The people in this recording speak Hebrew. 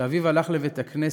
שאביו הלך לבית-הכנסת